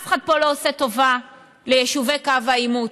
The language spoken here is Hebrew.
אף אחד פה לא עושה טובה ליישובי קו העימות,